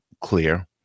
clear